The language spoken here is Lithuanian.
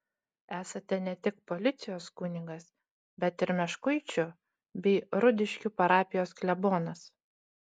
esate ne tik policijos kunigas bet ir meškuičių bei rudiškių parapijos klebonas